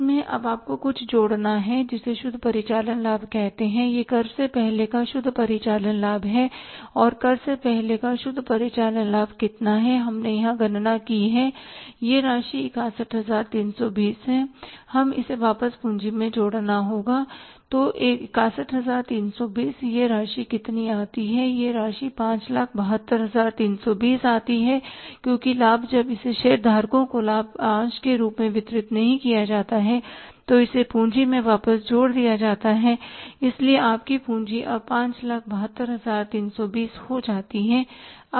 इसमें अब आपको कुछ जोड़ना है जिसे शुद्ध परिचालन लाभ कहते हैं यह कर से पहले का शुद्ध परिचालन लाभ है और कर से पहले का शुद्ध परिचालन लाभ कितना है हमने यहां गणना की है कि यह राशि 61320 है हमें इसे वापस पूँजी में जोड़ना होगा तो 61320 यह राशि कितनी आती है यह राशि 572320 आती है क्योंकि लाभ जब इसे शेयरधारकों को लाभांश के रूप में वितरित नहीं किया जाता है तो इसे पूँजी में वापस जोड़ दिया जाता है इसलिए आपकी पूँजी अब 572320 हो जाती है